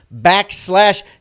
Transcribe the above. backslash